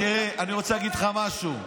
תראה, אני רוצה להגיד לך משהו.